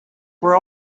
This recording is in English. were